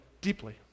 deeply